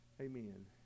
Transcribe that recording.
Amen